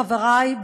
חברי,